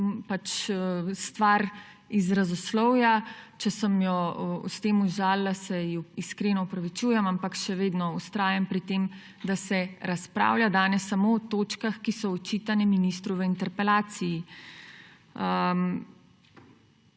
pa to stvar izrazoslovja. Če sem jo s tem užalila, se ji iskreno opravičujem, ampak še vedno vztrajam pri tem, da se razpravlja danes samo o točkah, ki so očitane ministru v interpelaciji.